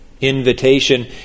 invitation